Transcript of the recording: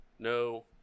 No